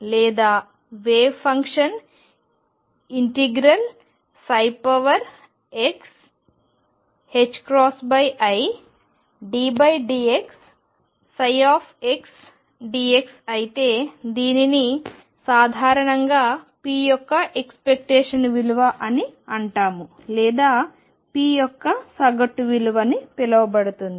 లేదా wave function ∫iddxψ dx అయితే దీనిని సాధారణంగా p యొక్క ఏక్స్పెక్టేషన్ విలువ అని అంటాము లేదా p యొక్క సగటు విలువ అని పిలవబడుతుంది